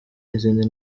n’izindi